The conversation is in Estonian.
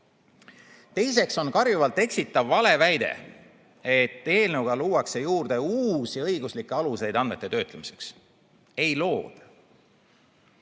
Teiseks on karjuvalt eksitav valeväide, et eelnõuga luuakse juurde uusi õiguslikke aluseid andmete töötlemiseks. Ei looda.